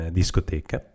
discoteca